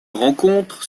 rencontre